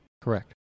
Correct